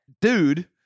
dude